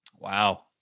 Wow